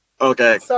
Okay